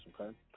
okay